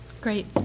Great